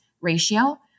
ratio